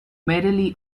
merrily